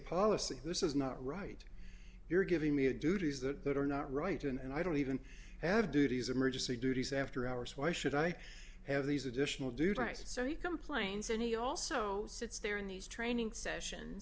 policy this is not right you're giving me a duties that are not right and i don't even have duties emergency duties after hours why should i have these additional duties so he complains and he also sits there in these training session